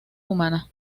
humanas